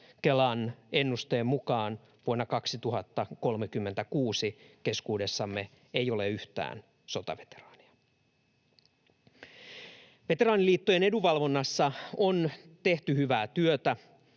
Kelan ennusteen mukaan 15 vuoden päästä, vuonna 2036, keskuudessamme ei ole yhtään sotaveteraania. Veteraaniliittojen edunvalvonnassa on tehty hyvää työtä